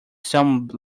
some